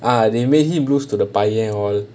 ah they make him lose to the pioneer all